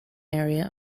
area